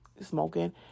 smoking